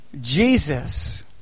Jesus